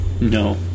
no